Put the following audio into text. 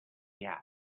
gas